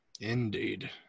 Indeed